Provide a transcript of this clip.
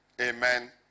Amen